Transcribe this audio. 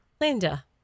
Linda